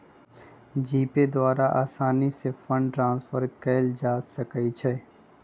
GPay द्वारा असानी से फंड ट्रांसफर कयल जा सकइ छइ